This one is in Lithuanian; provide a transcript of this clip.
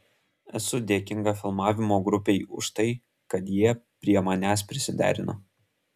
esu dėkinga filmavimo grupei už tai kad jie prie manęs prisiderino